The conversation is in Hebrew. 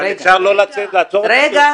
אבל אפשר לעצור את ה --- רגע,